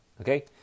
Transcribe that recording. Okay